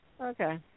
Okay